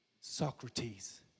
Socrates